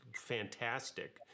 fantastic